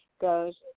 goes